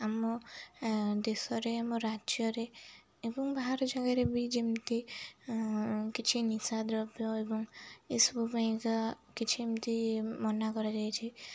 ଆମ ଦେଶରେ ଆମ ରାଜ୍ୟରେ ଏବଂ ବାହାର ଜାଗାରେ ବି ଯେମିତି କିଛି ନିଶା ଦ୍ରବ୍ୟ ଏବଂ ଏସବୁ ପାଇଁକା କିଛି ଏମିତି ମନା କରାଯାଇଛି